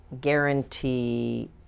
guarantee